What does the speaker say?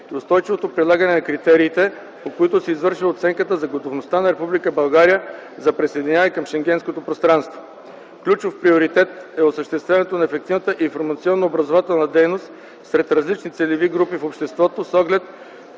устойчивото прилагане на критериите, по които се извършва оценката за готовността на Република България за присъединяване към Шенгенското пространство. Ключов приоритет е осъществяването на ефективната информационно - образователна дейност сред различни целеви групи в обществото с оглед